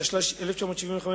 התשל"ה-1975,